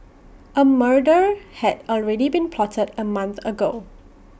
A murder had already been plotted A month ago